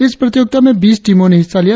इस प्रतियोगिता में बीस टीमों ने हिस्सा लिया